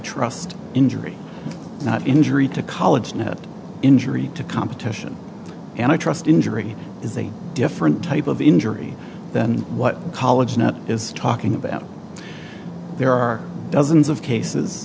trust injury not injury to college no injury to competition and a trust injury is a different type of injury than what college net is talking about there are dozens of cases